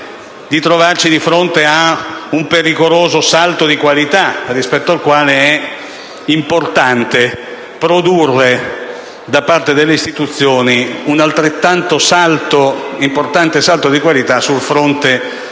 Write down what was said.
dire che si è davanti a un pericoloso salto di qualità, rispetto al quale è importante produrre da parte delle istituzioni un corrispondente salto di qualità sul fronte